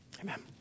Amen